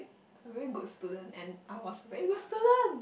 I'm a very good student and I was we were students